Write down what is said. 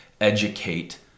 educate